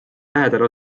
lähedal